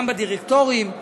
גם בדירקטורים,